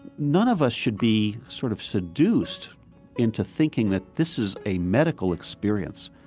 none of us should be sort of seduced into thinking that this is a medical experience.